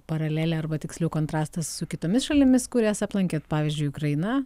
paralelė arba tiksliau kontrastas su kitomis šalimis kurias aplankėt pavyzdžiui ukraina